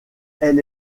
elle